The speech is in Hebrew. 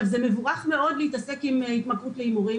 זה מבורך מאוד להתעסק עם ההתמכרות להימורים